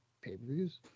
pay-per-views